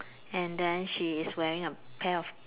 and then she is wearing a pair of